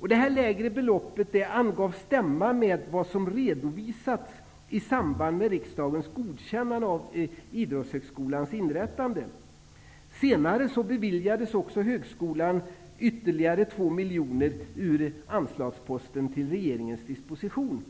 Detta lägre belopp angavs stämma med vad som redovisats i samband med riksdagens godkännande av Idrotthögskolans inrättande. Senare beviljades högskolan dock ytterligare 2 miljoner ur anslagsposten till regeringens disposition.